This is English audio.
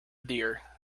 deer